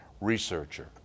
researcher